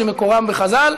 שמקורם בחז"ל,